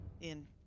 in-